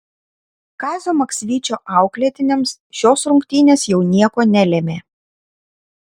kazio maksvyčio auklėtiniams šios rungtynės jau nieko nelėmė